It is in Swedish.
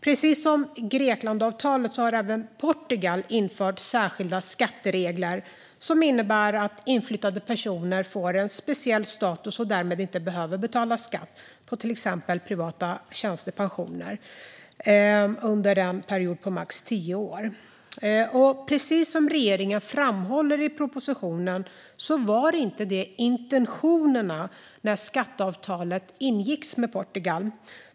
Precis som med Greklandsavtalet har även Portugal infört särskilda skatteregler som innebär att inflyttade personer får en speciell status och därmed inte behöver betala skatt på till exempel privata tjänstepensioner under en period på max tio år. Precis som regeringen framhåller i propositionen var det inte intentionerna när skatteavtalet ingicks med Portugal.